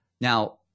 Now